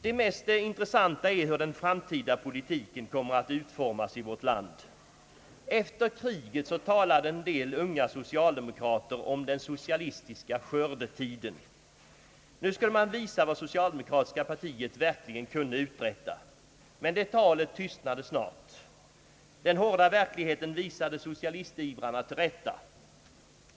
Det mest intressanta är hur den framtida politiken kommer att utformas i vårt land. Efter kriget talade en del unga socialdemokrater om den socialistiska skördetiden. Nu skulle man visa vad det socialdemokratiska partiet verkligen kunde uträtta. Det talet tystnade snart. Den hårda verkligheten visade socialistivrarna till rätta.